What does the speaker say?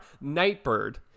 Nightbird